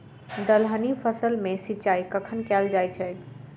दलहनी फसल मे सिंचाई कखन कैल जाय छै?